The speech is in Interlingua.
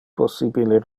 possibile